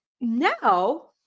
now